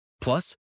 Plus